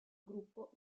gruppo